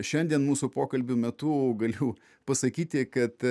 šiandien mūsų pokalbio metu galiu pasakyti kad